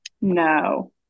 No